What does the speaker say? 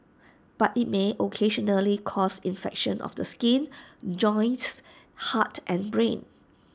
but IT may occasionally cause infections of the skin joints heart and brain